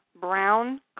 Brown